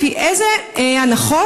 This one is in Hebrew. לפי איזה הנחות,